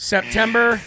September